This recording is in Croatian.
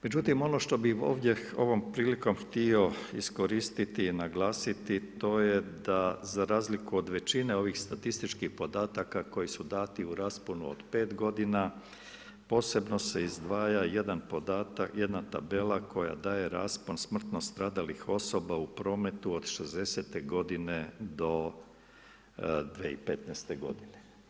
Međutim ono što bi ovdje ovom prilikom htio iskoristiti i naglasiti, to je da za razliku od većina ovih statističkih podataka koji su dati u rasponu od pet godina posebno se izdvaja jedna tabela koja daje raspon smrtno stradalih osoba u prometu od '60. godine do 2015. godine.